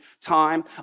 time